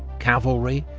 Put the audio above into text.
cavalry,